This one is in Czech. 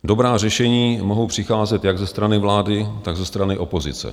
Dobrá řešení mohou přicházet jak ze strany vlády, tak ze strany opozice.